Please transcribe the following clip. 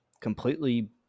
completely